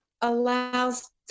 allows